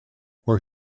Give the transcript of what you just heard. where